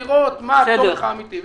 לראות מה הצורך האמיתי.